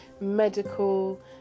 medical